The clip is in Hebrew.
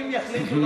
אם יחליטו,